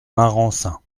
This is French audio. marensin